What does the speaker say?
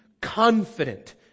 confident